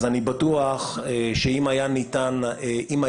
אני בטוח שאם היה אפשרי,